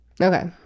Okay